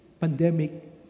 Pandemic